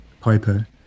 piper